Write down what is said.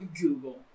Google